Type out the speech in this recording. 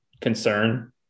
concern